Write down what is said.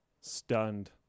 stunned